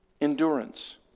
endurance